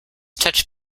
touch